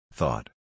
Thought